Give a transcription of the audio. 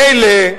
מילא,